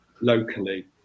locally